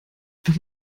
wenn